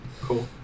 Cool